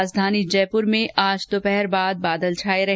राजधानी जयपुर में आज दोपहर बाद बादल छाये रहे